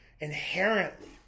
inherently